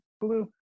Blue